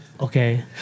okay